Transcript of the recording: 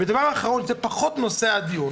ודבר אחרון זה פחות נושא הדיון